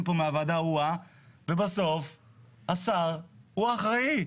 פה מהוועדה "או-אה" ובסוף השר הוא האחראי.